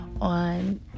on